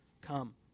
come